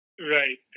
Right